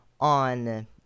on